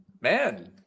man